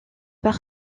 par